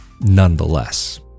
nonetheless